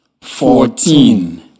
fourteen